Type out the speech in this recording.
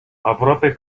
aproape